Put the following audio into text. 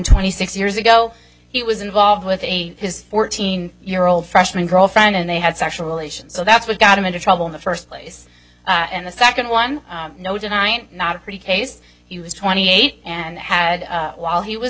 twenty six years ago he was involved with a his fourteen year old freshman girlfriend and they had sexual relations so that's what got him into trouble in the first place and the second one you know tonight not a pretty case he was twenty eight and had while he was